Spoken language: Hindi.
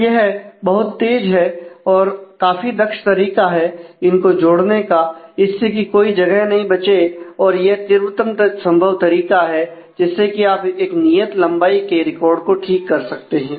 तो यह बहुत तेज है और काफी दक्ष तरीका है इनको जोड़ने का इससे की कोई जगह नहीं बची और यह तीव्रतम संभव तरीका है जिससे कि आप एक नियत लंबाई के रिकॉर्ड को ठीक कर सकते हैं